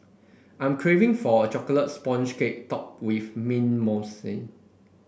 I am craving for a chocolate sponge cake topped with mint mousse